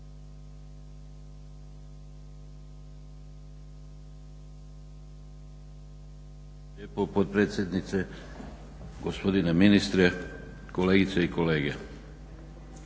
Hvala i vama.